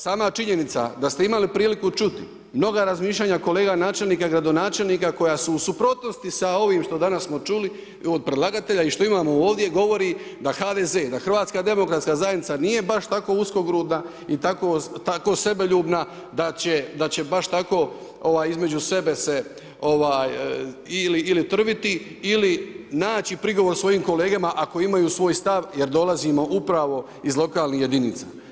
Sama činjenica da ste imali priliku čuti mnoga razmišljanja kolega načelnika i gradonačelnika koja su u suprotnosti sa ovim što smo danas čuli od predlagatelja i što imamo ovdje govori da HDZ, da Hrvatska demokratska zajednica nije baš tako uskogrudna i tako sebeljubna da će baš tako između sebe se ili trviti ili naći prigovor svojim kolegama ako imaju svoj stav jer dolazimo upravo iz lokalnih jedinica.